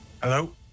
Hello